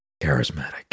charismatic